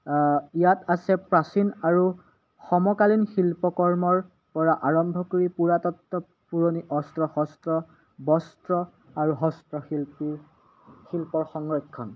ইয়াত আছে প্ৰাচীন আৰু সমকালীন শিল্পকৰ্মৰ পৰা আৰম্ভ কৰি পুৰাতত্ব পুৰণি অস্ত্ৰ শস্ত্ৰ আৰু বস্ত্ৰ আৰু হস্তশিল্পীৰ শিল্পৰ সংৰক্ষণ